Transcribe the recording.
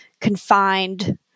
confined